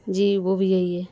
جی وہ بھی یہی ہے